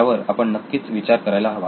यावर आपण नक्कीच विचार करायला हवा